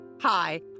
Hi